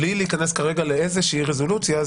בלי להיכנס כרגע לאיזושהי רזולוציה,